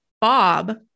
Bob